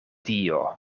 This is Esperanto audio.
dio